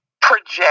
project